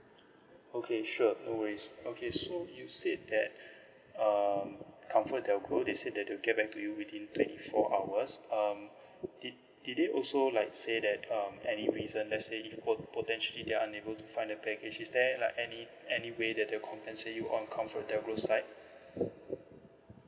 okay sure no worries okay so you said that uh comfortdelgro they said that they will get back to you within twenty four hours um did did they also like say that um any reason let say if po~ potentially they unable to find the baggage is there any like any any way that they compensate you on comfortdelgro side